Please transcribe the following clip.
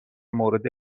مورد